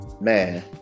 Man